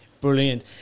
Brilliant